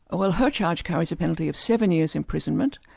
well her charge carries a penalty of seven years' imprisonment,